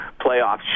playoffs